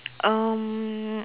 um